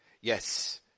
Yes